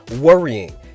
worrying